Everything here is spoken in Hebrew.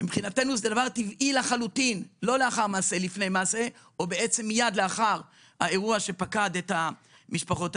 ומבחינתנו זה דבר טבעי לחלוטין ללוות אותם מייד אחרי האירוע שפקד אותן.